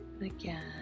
Again